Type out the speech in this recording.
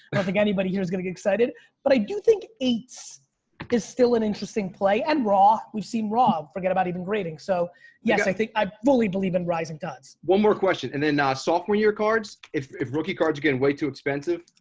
don't think anybody here is gonna get excited but i do think eights is still an interesting play and raw we've seen raw. forget about even grading. so yes, i think, i fully believe in rising duds. one more question. and then ah sophomore year cards. if if rookie cards are getting way too expensive,